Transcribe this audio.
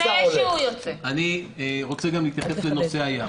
אני רוצה להתייחס גם לנושא הים,